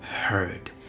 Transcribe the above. heard